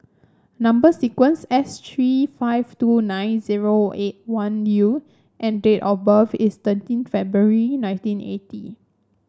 number sequence S three five two nine zero eight one U and date of birth is thirteen February nineteen eighty